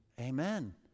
Amen